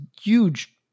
huge